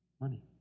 Money